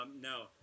No